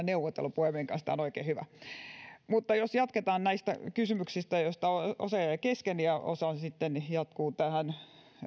neuvotella puhemiehen kanssa tämä on oikein hyvä jos jatketaan näistä kysymyksistä joista osa jäi kesken ja osa sitten jatkuu tähän